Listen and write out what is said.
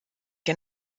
zum